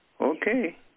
Okay